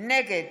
נגד